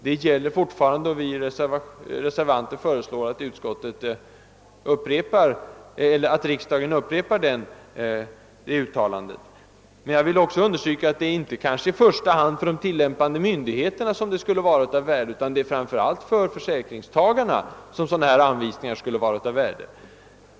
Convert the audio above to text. Det gäller fortfarande, och vi reservanter föreslår att riksdagen upprepar det uttalandet. Jag vill emellertid också understryka att det kanske inte i första hand är för de tillämpande myndigheterna, utan framför allt för försäkringstagarna, som sådana anvisningar skulle vara av värde.